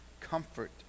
Comfort